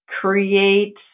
create